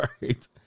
right